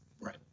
Right